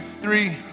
three